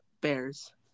Bears